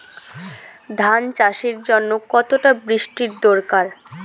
ধান চাষের জন্য কতটা বৃষ্টির দরকার?